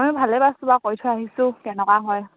মই ভালে পাইছোঁ বাৰু কৰি থৈ আহিছোঁ কেনেকুৱা হয়